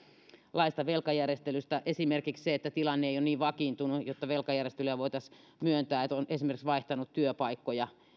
laista velkajärjestelystä esimerkiksi se että tilanne ei ole niin vakiintunut jotta velkajärjestelyä voitaisi myöntää että on esimerkiksi vaihtanut työpaikkoja